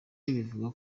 bivuga